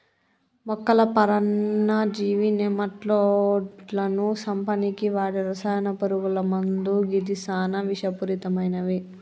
మొక్కల పరాన్నజీవి నెమటోడ్లను సంపనీకి వాడే రసాయన పురుగుల మందు గిది సానా విషపూరితమైనవి